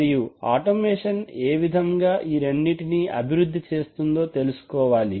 మరియు ఆటోమేషన్ ఏ విధంగా ఈ రెండింటిని అభివృద్ధి చేస్తుందో తెలుసుకోవాలి